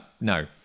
no